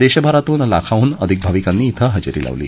देशभरातून लाखाहून आधिक भाविकांनी हजेरी लावली